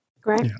Great